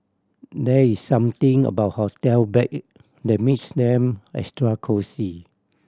there is something about hotel bed that makes them extra cosy